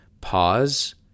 pause